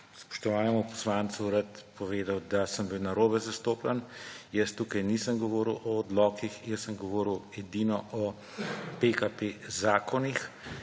spoštovanemu poslancu rad povedal, da sem bil narobe zastopljen, jaz tukaj nisem govoril o odlokih, jaz sem govoril edino o PKP zakonih,